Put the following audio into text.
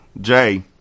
Jay